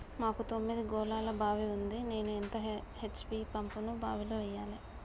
మాకు తొమ్మిది గోళాల బావి ఉంది నేను ఎంత హెచ్.పి పంపును బావిలో వెయ్యాలే?